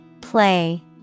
Play